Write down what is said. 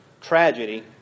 tragedy